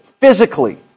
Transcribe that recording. physically